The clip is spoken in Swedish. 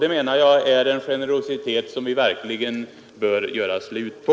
Detta anser jag vara en generositet som vi verkligen bör göra slut på.